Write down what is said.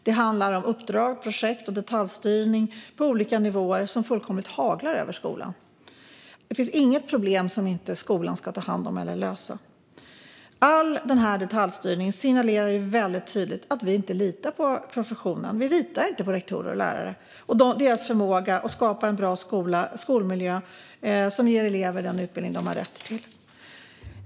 Det handlar om att uppdrag, projekt och detaljstyrning på olika nivåer fullkomligt haglar över skolan. Det finns inget problem som skolan inte ska ta hand om eller lösa. All denna detaljstyrning signalerar väldigt tydligt att vi inte litar på professionen. Vi litar inte på rektorer och lärare och deras förmåga att skapa en bra skolmiljö som ger elever den utbildning de har rätt till.